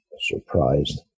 surprised